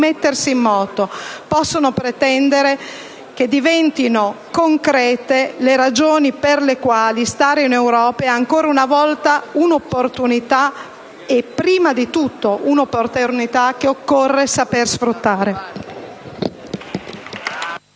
rimettersi in moto. Possono pretendere che diventino concrete le ragioni per le quali stare in Europa è ancora una volta un'opportunità e, prima di tutto, un'opportunità che occorre saper sfruttare.